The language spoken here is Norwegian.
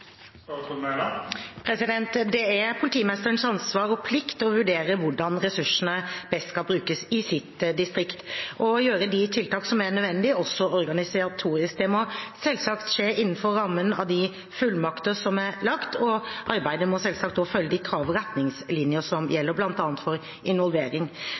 Det er politimesterens ansvar og plikt å vurdere hvordan ressursene best skal brukes i sitt distrikt, og gjøre de tiltak som er nødvendige, også organisatoriske. Det må selvsagt skje innenfor rammen av de fullmakter som er lagt. Arbeidet må selvsagt også følge de krav og retningslinjer som gjelder, bl.a. for involvering.